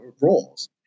roles